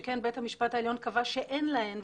שכן בית המשפט העליון קבע שאין להן,